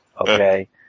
Okay